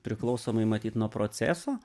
priklausomai matyt nuo proceso